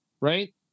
right